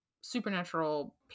supernatural